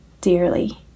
dearly